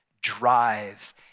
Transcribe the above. drive